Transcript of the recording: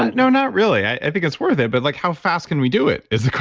no, not really. i think it's worth it, but like how fast can we do it is the